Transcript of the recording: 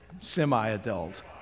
semi-adult